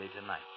tonight